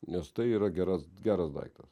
nes tai yra geras geras daiktas